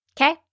Okay